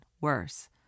worse